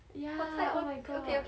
ya oh my god